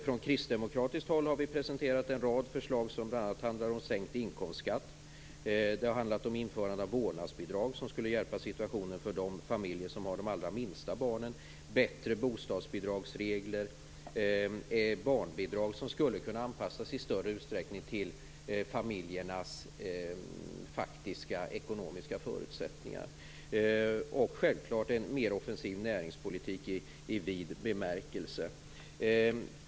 Från kristdemokratiskt håll har vi presenterat en rad förslag som bl.a. handlar om sänkt inkomstskatt, införande av vårdnadsbidrag som skulle vara en hjälp för familjer med de minsta barnen, bättre regler för bostadsbidrag, barnbidrag anpassade till familjernas faktiska ekonomiska förutsättningar och en mer offensiv näringspolitik i vid bemärkelse.